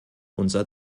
unser